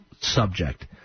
subject